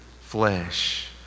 flesh